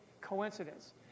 coincidence